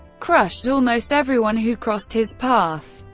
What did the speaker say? crushed almost everyone who crossed his path.